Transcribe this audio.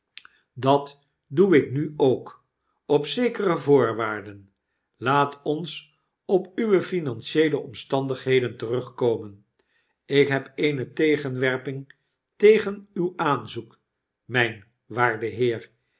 dat doe ik nu ook op zekere voorwaarden laat ons op uwe financieele omstandigheden terugkomen ik heb eene tegenwerping tegen uw aanzoek mijn waarde heer